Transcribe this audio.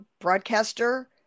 broadcaster